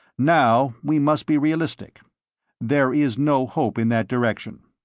now we must be realistic there is no hope in that direction.